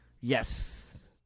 Yes